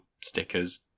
Stickers